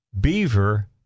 beaver